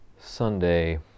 Sunday